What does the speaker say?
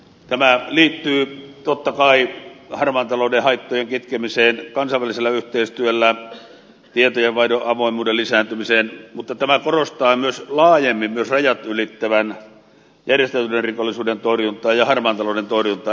tämä liittyy totta kai harmaan talouden haittojen kitkemiseen kansainvälisellä yhteistyöllä tietojenvaihdon avoimuuden lisääntymiseen mutta tämä korostaa myös laajemmin rajat ylittävän järjestäytyneen rikollisuuden torjuntaa ja harmaan talouden torjuntaa